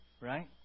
right